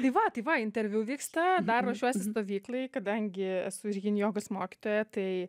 tai va tai va interviu vyksta dar ruošiuosi stovyklai kadangi esu irgi jogos mokytoja tai